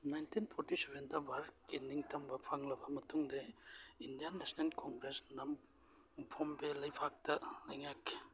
nineteen forty ꯁꯕꯦꯟꯗ ꯚꯥꯔꯠꯀꯤ ꯅꯤꯡꯇꯝꯕ ꯐꯪꯂꯕ ꯃꯇꯨꯡꯗ ꯏꯟꯗꯤꯌꯥꯟ ꯅꯦꯁꯅꯦꯟ ꯀꯣꯡꯒ꯭ꯔꯦꯁꯅ ꯕꯣꯝꯕꯦ ꯂꯩꯕꯥꯛꯇ ꯂꯩꯉꯥꯛꯈꯤ